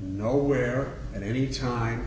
nowhere at any time